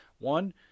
one